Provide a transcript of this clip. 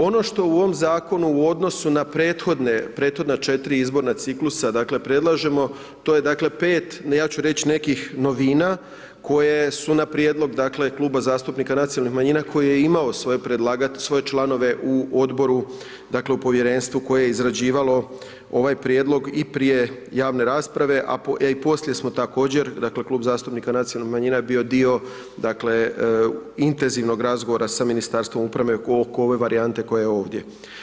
Ono što u ovom zakonu u odnosu na prethodne, prethodna 4 izborna ciklusa, dakle predlažemo to je dakle 5, ja ću reći nekih novina koje su na prijedlog dakle Kluba zastupnika nacionalnih manjina koji je imao svoje članove u odboru, dakle u povjerenstvu koje je izrađivalo ovaj prijedlog i prije javne rasprave a i poslije smo također dakle klub zastupnika nacionalnih manjina je bio dio dakle intenzivnog razgovora sa Ministarstvom uprave oko ove varijante koja je ovdje.